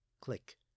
Click